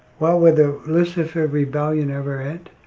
well will the lucifer rebellion ever end?